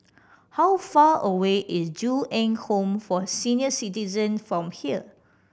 how far away is Ju Eng Home for Senior Citizen from here